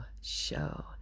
show